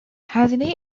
هزینه